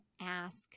ask